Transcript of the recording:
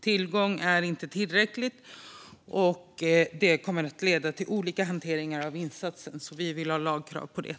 Tillgången är inte tillräcklig, vilket kommer att leda till olika hanteringar av insatser. Vi vill därför ha ett lagkrav på detta.